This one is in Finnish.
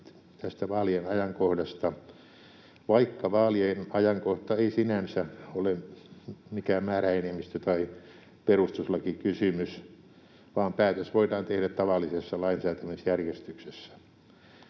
vaikka vaalien ajankohta ei sinänsä ole mikään määräenemmistö- tai perustuslakikysymys, vaan päätös voidaan tehdä tavallisessa lainsäätämisjärjestyksessä.